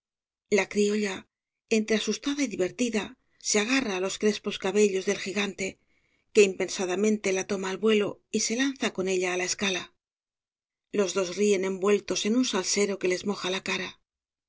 la criolla entre asustada y divertida se agarra á los crespos cabellos del gigante que impensadamente la toma al vuelo y se lanza con ella á la escala los dos ríen envueltos en un salsero que les moja la cara